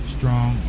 Strong